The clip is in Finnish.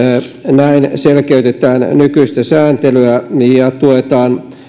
näin selkeytetään nykyistä sääntelyä ja tuetaan